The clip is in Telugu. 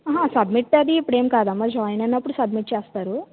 సబ్మిట్ అది ఇప్పుడేం కాదమ్మా జాయిన్ అయినప్పుడు సబ్మిట్ చేస్తారు